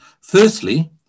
firstly